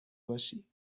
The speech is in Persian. باشی